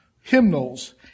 hymnals